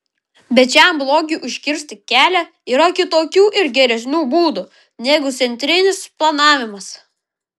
bet šiam blogiui užkirsti kelią yra kitokių ir geresnių būdų negu centrinis planavimas